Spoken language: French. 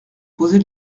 poser